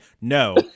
no